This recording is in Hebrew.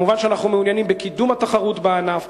כמובן שאנחנו מעוניינים בקידום התחרות בענף,